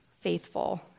faithful